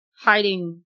hiding